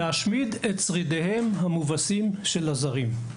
״להשמיד את שרידיהם המובסים של הזרים״.